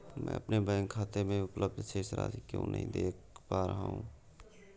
मैं अपने बैंक खाते में उपलब्ध शेष राशि क्यो नहीं देख पा रहा हूँ?